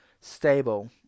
stable